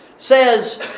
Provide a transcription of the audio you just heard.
Says